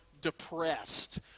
depressed